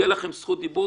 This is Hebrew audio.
יהיה לכם זכות דיבור.